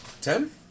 Ten